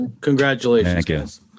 Congratulations